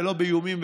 ולא באיומים,